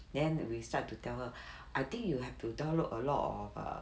then we start to tell her I think you have to download a lot of err